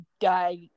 die